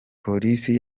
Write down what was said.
polisi